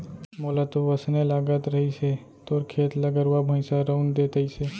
मोला तो वोसने लगत रहिस हे तोर खेत ल गरुवा भइंसा रउंद दे तइसे